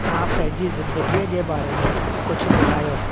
तव्हां पंहिंजी ज़िंदगीअ जे बारे में कुझु ॿुधायो